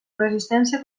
resistència